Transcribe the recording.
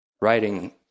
writing